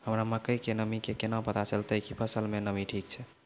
हमरा मकई के नमी के पता केना चलतै कि फसल मे नमी ठीक छै?